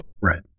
Right